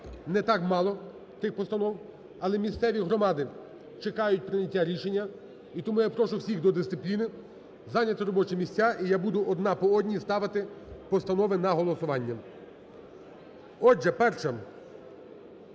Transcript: не так мало тих постанов, але місцеві громади чекають прийняття рішення і тому я прошу всіх до дисципліни, зайняти робочі місця і я буду одна по одній ставити постанови на голосування. Отже, перша